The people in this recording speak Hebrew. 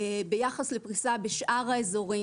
ביחס לפריסה בשאר האזורים,